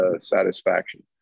satisfaction